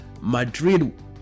Madrid